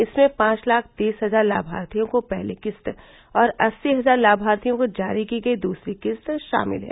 इसमें पांच लाख तीस हजार लाभार्थियों को पहली किस्त और अस्सी हजार लाभार्थियों को जारी की गई दूसरी किस्त शामिल है